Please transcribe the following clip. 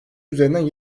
üzerinden